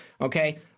okay